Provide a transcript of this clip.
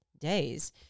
days